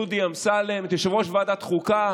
את דודי אמסלם, את יושב-ראש ועדת חוקה